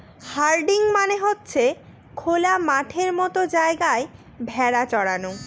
herding মানে হচ্ছে খোলা মাঠের মতো জায়গায় ভেড়া চরানো